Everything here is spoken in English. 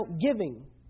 giving